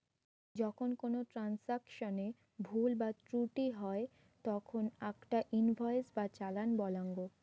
যখন কোনো ট্রান্সাকশনে ভুল বা ত্রুটি হই তখন আকটা ইনভয়েস বা চালান বলাঙ্গ